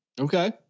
Okay